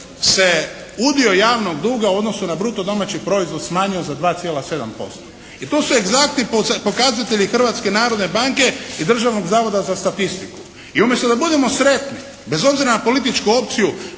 se udio javnog duga u odnosu na bruto domaći proizvod smanjio za 2,7% i to su egzaktni pokazatelji Hrvatske narodne banke i Državnog zavoda za statistiku i umjesto da budemo sretni bez obzira na političku opciju